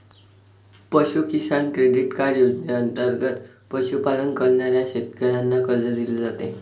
पशु किसान credit card योजनेंतर्गत पशुपालन करणाऱ्या शेतकऱ्यांना कर्ज दिले जाते